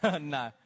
No